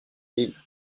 lille